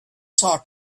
talk